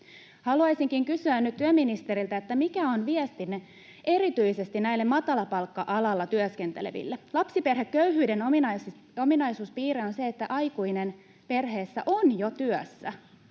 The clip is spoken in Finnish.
Haluaisinkin kysynyt ministeriltä: mikä on viestinne erityisesti näille matalapalkka-alalla työskenteleville? Lapsiperheköyhyyden ominaispiirre on se, että aikuinen perheessä on jo työssä